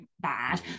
bad